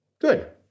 Good